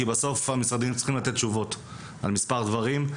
כי בסוף המשרדים צריכים לתת תשובות על מספר דברים.